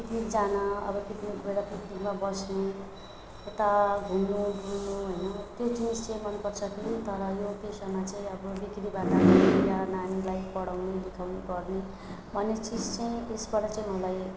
picnic जान अब picnic गएर पिक्निकमा बस्नु यता घुम्नु डुल्नु होइन त्यो चिज चाहिँ मनपर्छ कुनि तर यो पेसामा चाहिँ अब अलिकति भन्दा हेरेर नानीलाई पढाउनु लेखाउनु पर्ने भन्ने चिज चाहिँ यसबाट चाहिँ मलाई